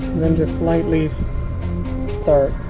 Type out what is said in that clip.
then just lightly start